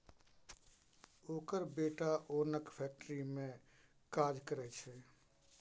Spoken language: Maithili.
ओकर बेटा ओनक फैक्ट्री मे काज करय छै